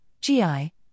GI